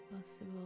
possible